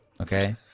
Okay